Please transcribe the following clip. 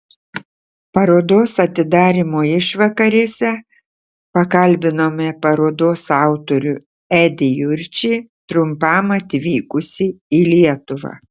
parodos atidarymo išvakarėse pakalbinome parodos autorių edį jurčį trumpam atvykusį į lietuvą